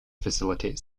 facilitate